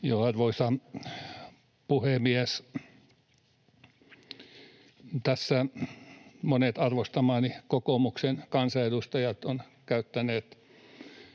Arvoisa puhemies! Tässä monet arvostamani kokoomuksen kansanedustajat ovat käyttäneet